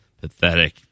Pathetic